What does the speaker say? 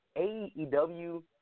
AEW